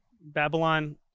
Babylon